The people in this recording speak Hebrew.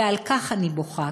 ועל כך אני בוכה.